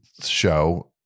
show